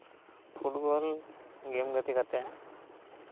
football game ᱜᱟᱛᱮ ᱠᱟᱛᱮᱜ